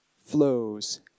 flows